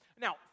Now